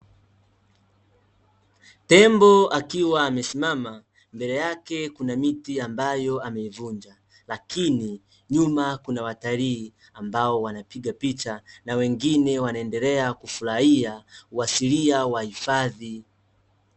Tembo akiwa amesimama, mbele yake kuna miti ambayo ameivunja, lakini nyuma kuna watalii ambao wanapiga picha, na wengine wanaendelea kufurahia uasilia wa hifadhi.